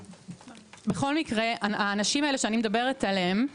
האנשים האלו שאני מדברת עליהם,